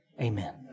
amen